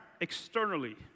externally